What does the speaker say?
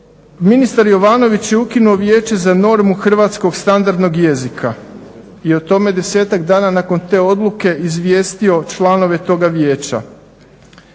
Ministar Jovanović je ukinuo Vijeće za normu hrvatskog standardnog jezika i o tome 10-ak dana nakon te odluke izvijestio članove toga vijeća.